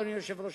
אדוני היושב-ראש,